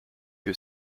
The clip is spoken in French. que